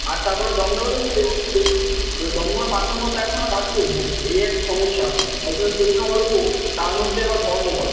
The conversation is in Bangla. আর তারপরে দমদমে তো ষ্টেশন দমদমে পাঁচ নম্বর প্ল্যাটফর্মে কাজ চলছে এই এক সমস্যা তারপরে ট্রেনও অল্প তার মধ্যে আবার ধর্মঘট